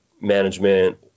management